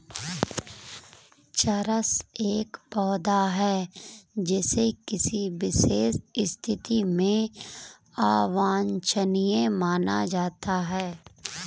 चरस एक पौधा है जिसे किसी विशेष स्थिति में अवांछनीय माना जाता है